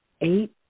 eight